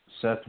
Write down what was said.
Seth